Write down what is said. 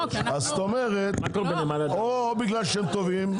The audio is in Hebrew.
או בגלל שהם טובים,